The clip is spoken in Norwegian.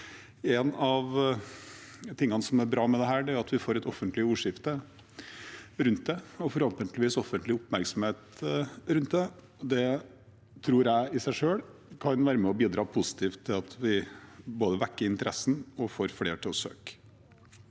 Noe av det som er bra med dette, er at vi får et offentlig ordskifte rundt det – og forhåpentligvis offentlig oppmerksomhet rundt det. Det tror jeg i seg selv kan være med og bidra positivt til at vi både vekker interessen og får flere til å søke.